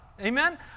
amen